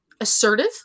assertive